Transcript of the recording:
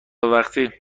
وقی